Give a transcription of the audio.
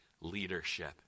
leadership